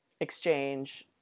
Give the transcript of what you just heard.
exchange